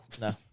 no